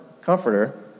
comforter